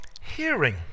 hearing